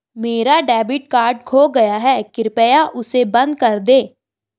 मेरा debit card खो गया है, कृपया उसे बंद कर दें